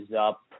up